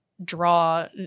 draw